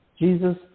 Jesus